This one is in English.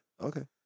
Okay